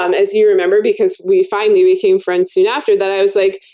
um as you remember because we finally became friends, soon after that i was like,